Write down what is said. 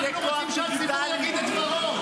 אנחנו רוצים שהציבור יגיד את דברו.